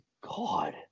God